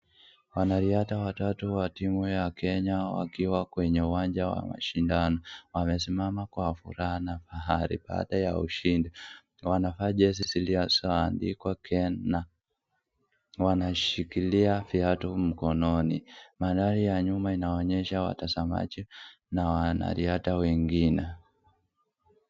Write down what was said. Wanariadha watatu wa timu ya kenya wakiwa kwenye uwanja mashindano. Wamesimama kwa kukutana pahali pale kwa ushindi. Wamevaa jezi zilizoandikwa Kenya. Wanashikilia viatu mkononi. Mandhari ya nyuma inaonyesha watangazaji na wanariadha wengine.